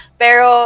pero